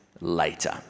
later